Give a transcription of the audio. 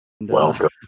Welcome